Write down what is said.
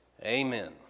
Amen